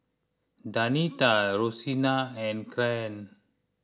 Danita Roseanna and Caryn